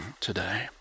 today